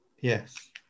Yes